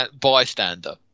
bystander